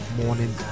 morning